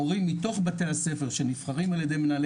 מורים מתוך בתי הספר שנבחרים על ידי מנהלי